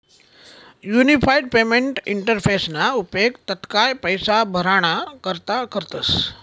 unified payment इंटरफेसना उपेग तात्काय पैसा भराणा करता करतस